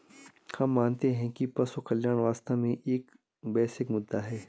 हम मानते हैं कि पशु कल्याण वास्तव में एक वैश्विक मुद्दा है